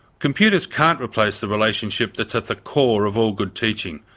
computers can't replace the relationship that's at the core of all good teaching,